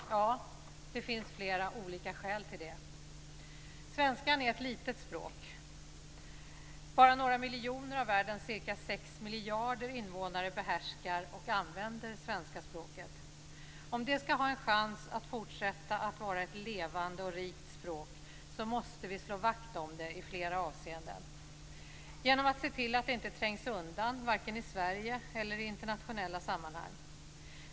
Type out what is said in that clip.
Ja, det finns flera olika skäl till det. Svenskan är ett litet språk. Bara några miljoner av världens ca 6 miljarder invånare behärskar och använder svenska språket. Om det ska ha en chans att fortsätta att vara ett levande och rikt språk måste vi slå vakt om det i flera avseenden. Vi får se till att språket inte trängs undan i vare sig Sverige eller internationella sammanhang.